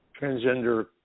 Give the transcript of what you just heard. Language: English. transgender